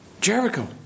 Jericho